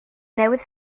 newydd